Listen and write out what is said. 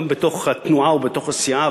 גם בתוך התנועה או בתוך הסיעה,